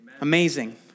Amazing